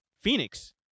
Phoenix